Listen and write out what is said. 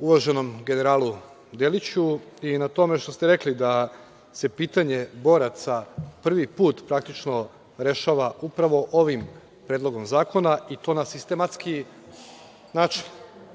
uvaženom generalu Deliću i na tome što ste rekli da se pitanje boraca prvi put, praktično, rešava upravo ovim Predlogom zakona, i to na sistematski način. Važno